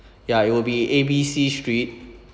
ya it will be A B C street